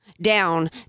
down